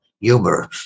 humor